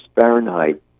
Fahrenheit